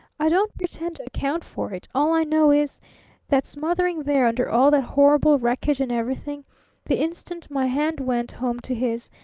i don't pretend to account for it all i know is that smothering there under all that horrible wreckage and everything the instant my hand went home to his,